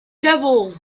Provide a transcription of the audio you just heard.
devil